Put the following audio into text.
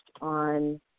on